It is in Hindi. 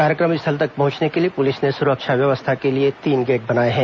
कार्यक्रम स्थल तक पहुंचने के लिए पुलिस ने सुरक्षा व्यवस्था के लिए तीन गेट बनाए हैं